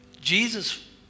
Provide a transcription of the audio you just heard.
Jesus